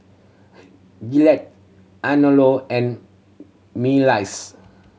Gillette Anello and Miles